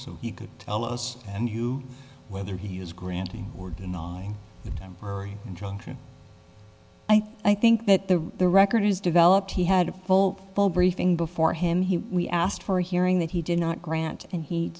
so you could tell us and you whether he is granting or denying the temporary injunction i think that the the record is developed he had a full briefing before him he asked for a hearing that he did not grant and he